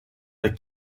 the